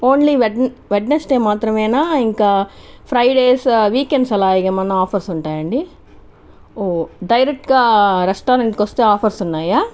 only wed Wednesday మాత్రమేనా ఇంకా Fridays weekends అలా ఏమన్నా ఆఫర్స్ ఉంటాయా అండీ ఓ డైరెక్ట్గా రెస్టారంట్కి వస్తే ఆఫర్స్ ఉన్నాయా